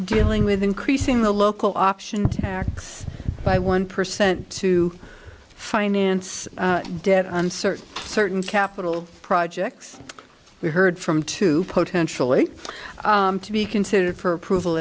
dealing with increasing the local option by one percent to finance debt on certain certain capital projects we heard from two potentially to be considered for approval